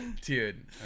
dude